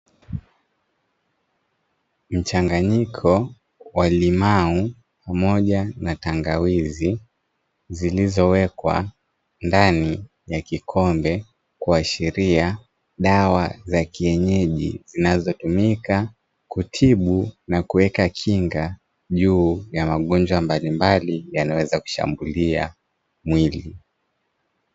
Mchanganyiko wa limao pamoja na tangawizi zilizowekwa ndani ya kikombe kuashiria dawa za kienyeji, zinazotumika kutibu na kuweka kinga juu ya magonjwa mbalimbali yanayoweza kushambulia mwili.